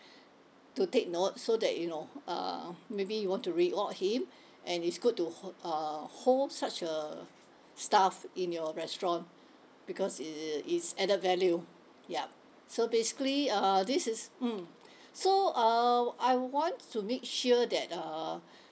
to take note so that you know uh maybe you want to reward him and it's good to ho~ uh hold such a staff in your restaurant because it it's added value yup so basically uh this is mm so uh I want to make sure that uh